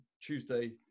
tuesday